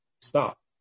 stop